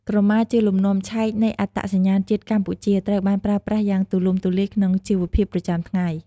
ក្រម៉ាជាលំនាំឆែកនៃអត្តសញ្ញាណជាតិកម្ពុជា ត្រូវបានប្រើប្រាស់យ៉ាងទូលំទូលាយក្នុងជីវភាពប្រចាំថ្ងៃ។